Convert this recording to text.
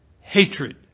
hatred